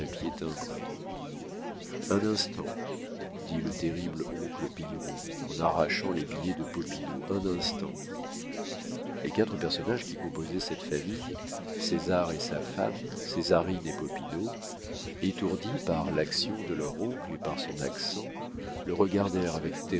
timbrés un instant dit le terrible oncle pillerault en arrachant les billets de popinot un instant les quatre personnages qui composaient cette famille césar et sa femme césarine et popinot étourdis par l'action de leur oncle et par son accent le regardèrent avec